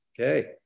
Okay